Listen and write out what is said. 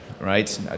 right